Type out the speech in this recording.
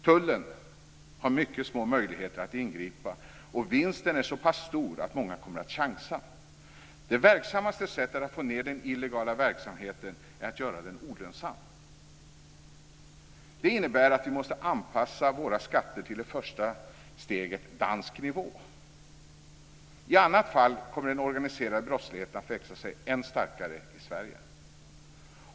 Tullen har mycket små möjligheter att ingripa, och vinsten är så pass stor att många kommer att chansa. Det verksammaste sättet att få ned den illegala verksamheten är att göra den olönsam. Det innebär att vi måste anpassa våra skatter till i första steget dansk nivå. I annat fall kommer den organiserade brottsligheten att växa sig än starkare i Sverige.